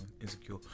insecure